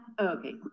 okay